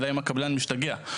אלא אם הקבלן משתגע,